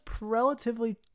relatively